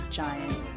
giant